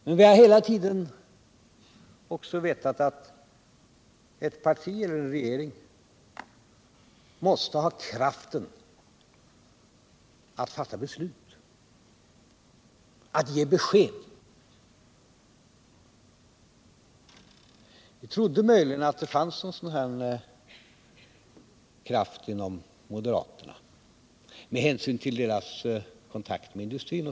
Men vi har också hela tiden vetat att ett partieller en regering måste ha kraften att fatta beslut, att ge besked. Vitrodde att det möjligen fanns en sådan kraft inom moderaterna, med hänsyn till bl.a. deras kontakter med industrin.